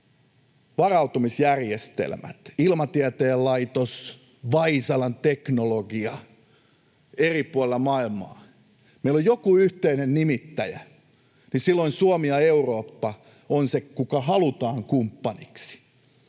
varautumisjärjestelmät, Ilmatieteen laitos, Vaisalan teknologia eri puolilla maailmaa. Jos meillä on joku yhteinen nimittäjä, niin silloin Suomi ja Eurooppa on se, joka halutaan kumppaniksi.